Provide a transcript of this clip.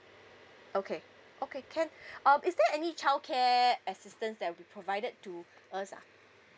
okay okay can um is there any child care assistance that will be provided to us ah